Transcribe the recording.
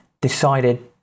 decided